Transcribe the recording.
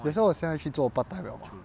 that's why 我现在去做 part time 了 mah